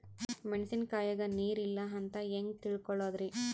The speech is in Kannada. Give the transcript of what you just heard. ಮೆಣಸಿನಕಾಯಗ ನೀರ್ ಇಲ್ಲ ಅಂತ ಹೆಂಗ್ ತಿಳಕೋಳದರಿ?